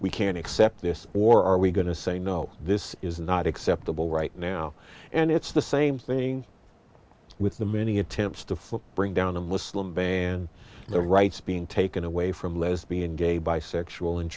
we can accept this or are we going to say no this is not acceptable right now and it's the same thing with the many attempts to flee bring down the list slim ban the rights being taken away from lesbian gay bisexual and